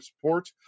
support